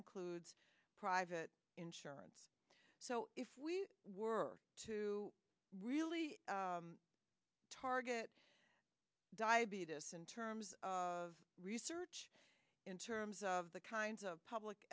includes private insurance so if we were to really target diaby this in terms of research in terms of the kinds of public